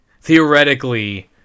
theoretically